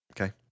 Okay